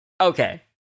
okay